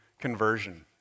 conversion